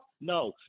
No